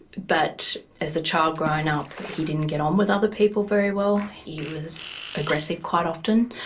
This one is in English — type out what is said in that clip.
but as a child growing up he didn't get on with other people very well. he was aggressive quite often,